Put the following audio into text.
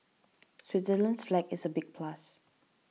Switzerland's flag is a big plus